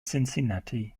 cincinnati